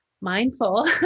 mindful